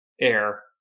air